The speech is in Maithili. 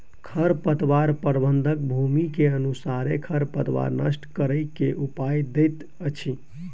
खरपतवार प्रबंधन, भूमि के अनुसारे खरपतवार नष्ट करै के उपाय दैत अछि